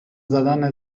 زدن